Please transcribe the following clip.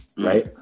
right